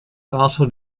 also